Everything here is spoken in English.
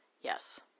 yes